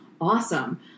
awesome